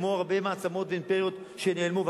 כמו הרבה מעצמות ואימפריות שנעלמו.